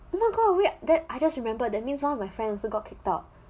kind of weird that I just remember that means one of my friend also got kicked out